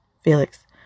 Felix